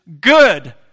good